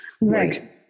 Right